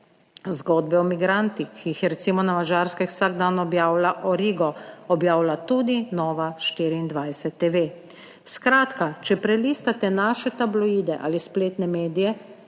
Zgodbe o migrantih, ki jih je recimo na Madžarskem vsak dan objavila Origo, objavlja tudi Nova24TV. Skratka, če prelistate naše tabloide ali spletne medije,